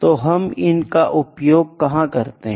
तो हम इनका उपयोग कहां करते हैं